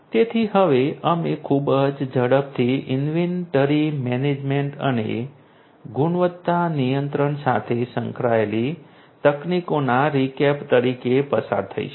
તેથી હવે અમે ખૂબ જ ઝડપથી ઇન્વેન્ટરી મેનેજમેન્ટ અને ગુણવત્તા નિયંત્રણ સાથે સંકળાયેલી તકનીકોના રીકેપ તરીકે પસાર થઈશું